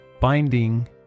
binding